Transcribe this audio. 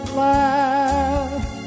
laugh